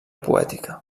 poètica